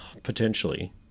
Potentially